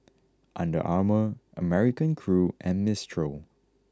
Under Armour American Crew and Mistral